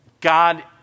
God